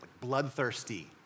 bloodthirsty